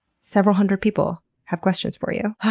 several hundred people have questions for you.